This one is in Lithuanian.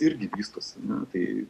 irgi vystosi na tai